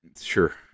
Sure